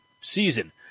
season